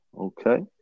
okay